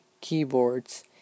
Keyboards